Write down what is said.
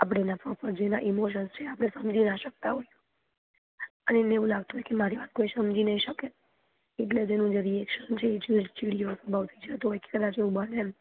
આપણે એના પ્રોપર જેવા ઈમોશન આપણે સમજી ન શકતા હોય અને એવું લાગતું હોય કે મારી વાત કોઈ સમજી નહીં શકે એટલે એનું જે રીએક્શન છે એ ચિડિયો સ્વભાવ થઈ જતો હોય કદાચ એવું બને એમ